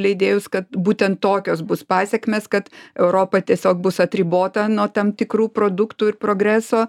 leidėjus kad būtent tokios bus pasekmės kad europa tiesiog bus atribota nuo tam tikrų produktų ir progreso